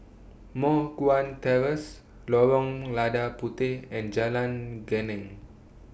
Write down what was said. Moh Guan Terrace Lorong Lada Puteh and Jalan Geneng